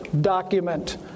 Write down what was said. document